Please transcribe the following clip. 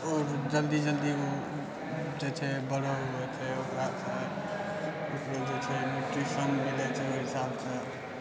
ओ जल्दी जल्दी जे छै बड़ा होइ छै ओकरो जे छै न्युट्रिसन मिलै छै ओहि हिसाबसँ